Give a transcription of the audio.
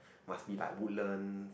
must be like Woodlands